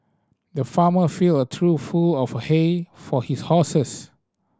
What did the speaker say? the farmer filled a trough full of hay for his horses